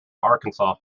arkansas